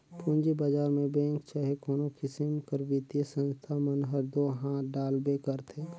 पूंजी बजार में बेंक चहे कोनो किसिम कर बित्तीय संस्था मन हर दो हांथ डालबे करथे